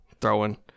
throwing